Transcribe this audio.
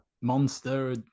monster